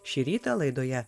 šį rytą laidoje